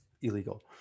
illegal